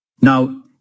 Now